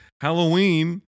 Halloween